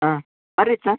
ಹಾಂ ಬರ್ರಿ ಸರ್